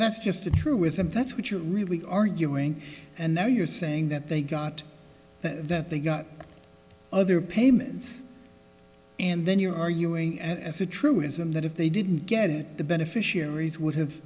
that's just a truism that's what you really arguing and now you're saying that they got that they got other payments and then you're arguing as a truism that if they didn't get the beneficiaries would have